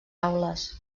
aules